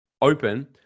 open